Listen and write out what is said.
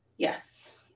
Yes